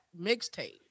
mixtape